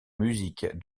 musiques